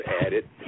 added